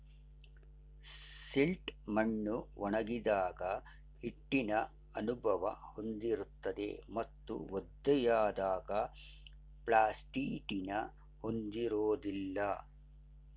silt ಮಣ್ಣು ಒಣಗಿದಾಗ ಹಿಟ್ಟಿನ ಅನುಭವ ಹೊಂದಿರುತ್ತದೆ ಮತ್ತು ಒದ್ದೆಯಾದಾಗ ಪ್ಲಾಸ್ಟಿಟಿನ ಹೊಂದಿರೋದಿಲ್ಲ